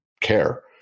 care